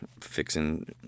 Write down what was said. fixing